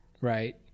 right